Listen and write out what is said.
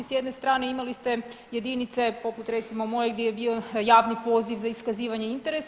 S jedne strane imali ste jedinice poput recimo moje gdje je bio javni poziv za iskazivanje interesa.